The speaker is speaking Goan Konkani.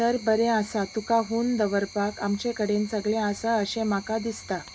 तर बरें आसा तुका हून दवरपाक आमचे कडेन सगळें आसा अशें म्हाका दिसता